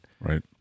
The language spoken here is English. Right